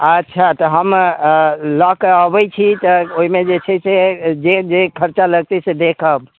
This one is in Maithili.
अच्छा तऽ हम लऽ कऽ अबै छी तऽ ओहिमे जे छै से जे जे खर्चा लगतै से देखब